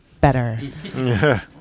better